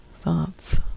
thoughts